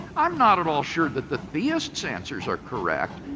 i am not at all sure that the theist's answers are correct,